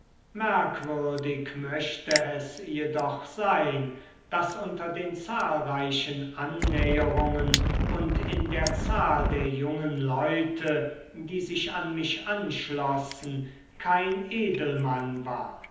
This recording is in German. merkwürdig möchte es jedoch sein daß unter den zahlreichen annäherungen und in der zahl der jungen leute die sich an mich anschlossen kein edelmann war